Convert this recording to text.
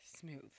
smooth